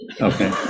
Okay